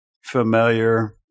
familiar